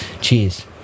cheers